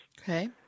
Okay